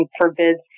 forbids